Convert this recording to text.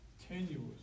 tenuous